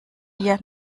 ihr